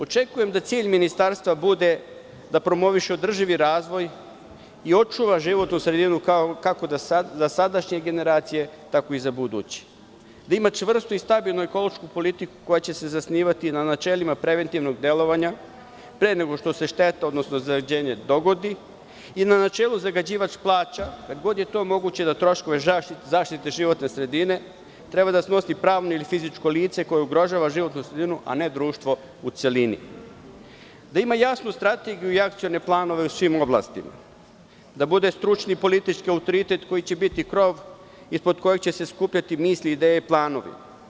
Očekujem da cilj ministarstva bude da promoviše održivi razvoj i očuva životnu sredinu, kako za sadašnje generacije, tako i za buduće; da ima čvrstu i stabilnu ekološku politiku koja će se zasnivati na načelima preventivnog delovanja, pre nego što se šteta odnosno zagađenje dogodi i na načelu – zagađivač plaća, kad god je to moguće, da troškove zaštite životne sredine treba da snosi pravno ili fizičko lice koje ugrožava životnu sredinu, a ne društvo u celini; da ima jasnu strategiju i akcione planove u svim oblastima; da bude stručni i politički autoritet koji će biti krov ispod kojeg će se skupljati misli, ideje i planovi.